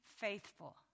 faithful